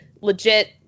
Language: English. legit